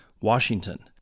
Washington